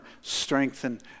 strengthen